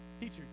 Teacher